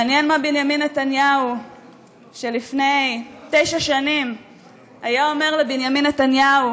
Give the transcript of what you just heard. מעניין מה בנימין נתניהו של לפני תשע שנים היה אומר לבנימין נתניהו